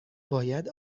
باید